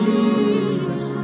Jesus